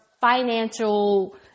financial